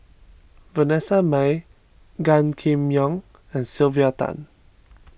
Vanessa Mae Gan Kim Yong and Sylvia Tan